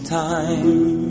time